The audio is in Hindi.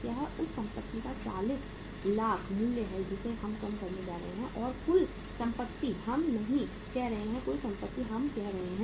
यह उस संपत्ति का 40 लाख मूल्य है जिसे हम कम करने जा रहे हैं और कुल संपत्ति हम नहीं कह रहे हैं कुल संपत्ति हम कह रहे हैं